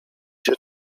się